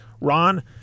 Ron